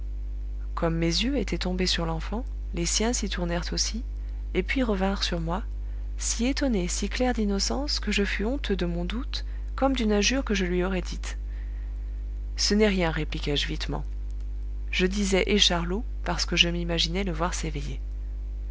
comme mes yeux étaient tombés sur l'enfant les siens s'y tournèrent aussi et puis revinrent sur moi si étonnés si clairs d'innocence que je fus honteux de mon doute comme d'une injure que je lui aurais dite ce n'est rien répliquai-je vitement je disais et charlot parce que je m'imaginais le voir s'éveiller